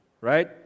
right